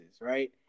right